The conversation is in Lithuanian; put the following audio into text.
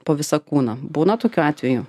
po visą kūną būna tokiu atveju